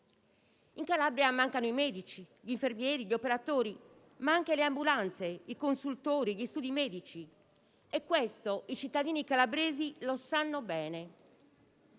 In Calabria mancano i medici, gli infermieri, gli operatori, ma anche le ambulanze, i consultori, gli studi medici e questo i cittadini calabresi lo sanno bene.